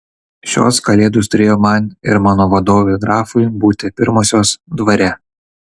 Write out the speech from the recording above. šios kalėdos turėjo man ir mano valdovui grafui būti pirmosios dvare